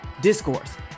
Discourse